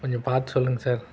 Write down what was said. கொஞ்சம் பார்த்து சொல்லுங்கள் சார்